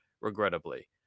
Regrettably